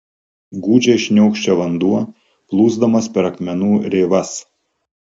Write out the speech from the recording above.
gūdžiai šniokščia vanduo plūsdamas per akmenų rėvas